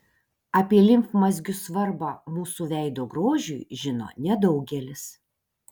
apie limfmazgių svarbą mūsų veido grožiui žino nedaugelis